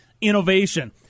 innovation